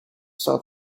saw